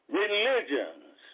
religions